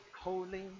holy